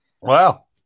Wow